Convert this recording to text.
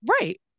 right